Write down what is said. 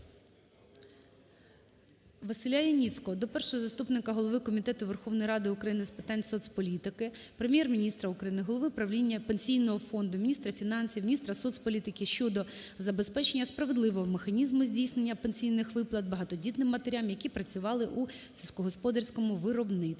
Василя Яніцького до першого заступника голови Комітету Верховної Ради України з питань соцполітики, Прем'єр-міністра України, голови правління Пенсійного фонду, міністра фінансів, міністра соцполітики щодо забезпечення справедливого механізму здійснення пенсійних виплат багатодітним матерям, які працювали у сільськогосподарському виробництві.